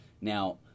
now